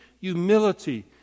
Humility